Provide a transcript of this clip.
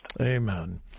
Amen